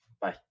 Bye